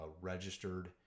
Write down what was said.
registered